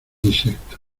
insecto